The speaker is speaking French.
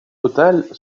total